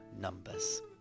numbers